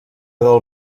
del